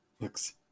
Looks